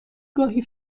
گاهی